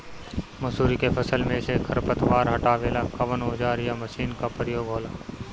मसुरी के फसल मे से खरपतवार हटावेला कवन औजार या मशीन का प्रयोंग होला?